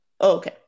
Okay